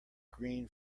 green